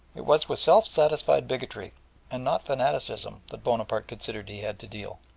it was with self-satisfied bigotry and not fanaticism that bonaparte considered he had to deal,